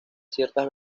ciertas